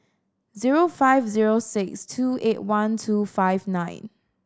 zero five zero six two eight one two five nine